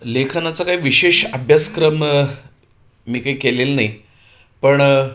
लेखनाचा काय विशेष अभ्यासक्रम मी काही केलेलं नाही पण